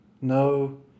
No